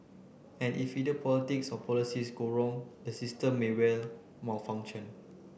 and if either politics or policies go wrong the system may well malfunction